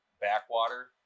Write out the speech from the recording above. backwater